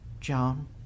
John